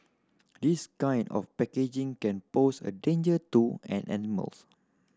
this kind of packaging can pose a danger to an animals